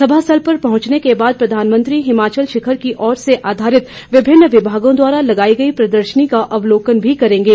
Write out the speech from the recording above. सभा स्थल पर पहुंचने के बाद प्रधानमंत्री हिमाचल शिखर की ओर पर आधरित विभिन्न विभागों द्वारा लगाई गई प्रदर्शनी का अवलोकन भी करेंगे